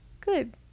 Good